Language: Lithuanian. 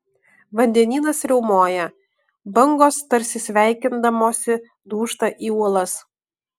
vandenynas riaumoja bangos tarsi sveikindamosi dūžta į uolas